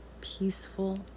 peaceful